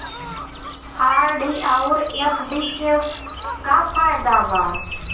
RD आउर FD के का फायदा बा?